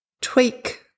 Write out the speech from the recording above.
Tweak